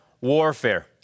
warfare